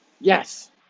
Yes